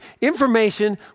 Information